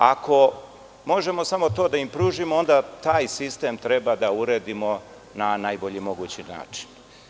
Ako možemo samo to da im pružimo, onda taj sistem treba da uredima na najbolji mogući način.